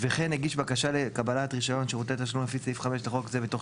וכן הגיש בקשה לקבלת רישיון שירותי תשלום לפי סעיף 5 לחוק זה בתוך